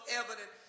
evident